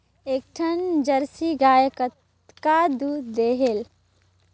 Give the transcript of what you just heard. एक ठन जरसी गाय कतका दूध देहेल?